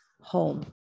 home